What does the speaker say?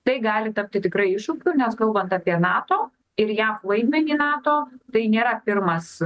tai gali tapti tikrai iššūkiu nes kalbant apie nato ir jav vaidmenį nato tai nėra pirmas